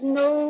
no